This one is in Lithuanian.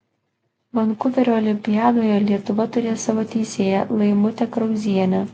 vankuverio olimpiadoje lietuva turės savo teisėją laimutę krauzienę